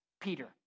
Peter